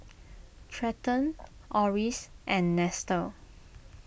Trenten Orris and Nestor